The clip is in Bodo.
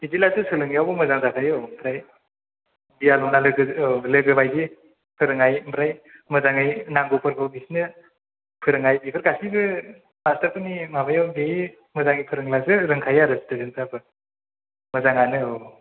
बिदिब्लासो सोलोंनायावबो मोजां जाखायो औ ओमफ्राय देयार होनब्ला लोगो औ लोगो बायदि फोरोंनाय ओमफ्राय मोजाङै नांगौफोरखौ बिसोरनो फोरोंनाय बेफोर गासैबो मासथारफोरनि माबायाव जे मोजाङै फोरोंब्लासो रोंखायो आरो स्थुदेनफ्राबो मोजाङानो औ